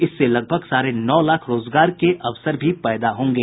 इससे लगभग साढ़े नौ लाख रोजगार के अवसर भी पैदा होंगे